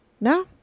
no